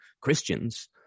Christians